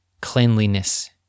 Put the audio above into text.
cleanliness